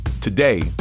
Today